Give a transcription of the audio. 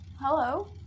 Hello